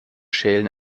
schälen